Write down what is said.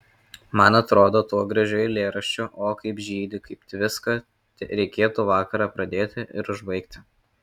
man atrodo tuo gražiu eilėraščiu o kaip žydi kaip tviska reikėtų vakarą pradėti ir užbaigti